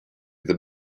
the